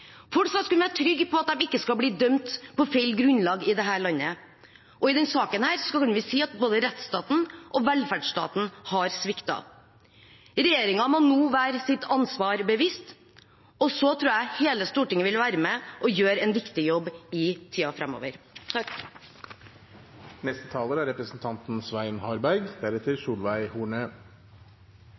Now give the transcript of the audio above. Folk skal kunne være trygge på at de ikke skal bli dømt på feil grunnlag i dette landet, og i denne saken kan vi si at både rettsstaten og velferdsstaten har sviktet. Regjeringen må nå være seg sitt ansvar bevisst. Så tror jeg hele Stortinget vil være med og gjøre en viktig jobb i tiden framover. Jeg har også lyst til å takke statsråden for en grundig og god redegjørelse. Det er